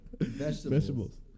vegetables